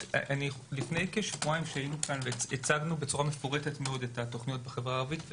לפני כשבועיים הצגנו כאן בצורה מפורטת מאוד את התוכניות בחברה הערבית.